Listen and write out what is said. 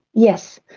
yes,